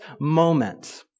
moment